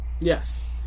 Yes